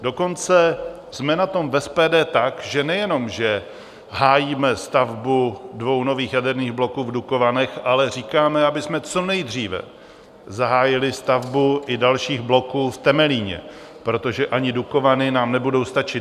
Dokonce jsme na tom v SPD tak, že nejenom že hájíme stavbu dvou nových jaderných bloků v Dukovanech, ale říkáme, abychom co nejdříve zahájili stavbu i dalších bloků v Temelíně, protože ani Dukovany nám nebudou stačit.